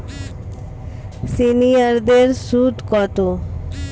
সিনিয়ারদের সুদ কত?